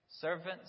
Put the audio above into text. servants